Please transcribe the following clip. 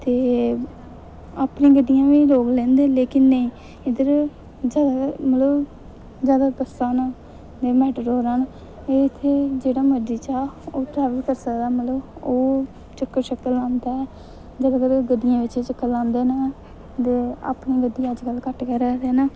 ते अपनी गड्डियां बी लोक लैंदे न पर नेईं ते इद्धर जादातर नेईं इद्धर बस्सां न नेईं मेटाडोरां न एह् नेईं इत्तें जेह्ड़ा मर्ज़ी जा ओह् ट्रेवल बी करी सकदा ओह् मतलब चक्कर लांदा बच्चे जादातर गड्डियें बिच चक्कर लांदे न ते अपनी गड्डी अज्जकल घट्ट गै रखदे न